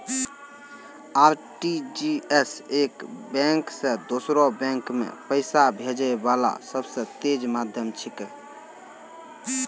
RTGS एक bank से दोसरो बैंक मे पैसा भेजै वाला सबसे तेज माध्यम छिकै